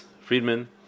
Friedman